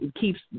keeps